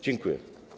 Dziękuję.